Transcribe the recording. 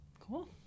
Cool